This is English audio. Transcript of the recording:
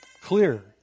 Clear